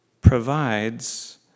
provides